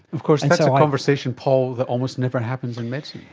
of course that's a conversation, paul, that almost never happens in medicine.